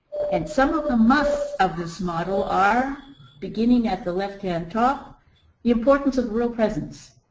and some of the musts of this model are beginning at the left-hand top, the importance of rural presence.